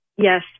Yes